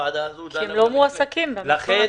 לכן